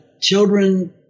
children